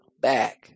back